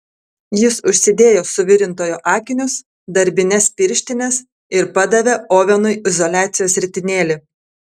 jis užsidėjo suvirintojo akinius darbines pirštines ir padavė ovenui izoliacijos ritinėlį